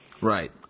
Right